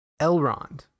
Elrond